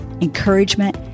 encouragement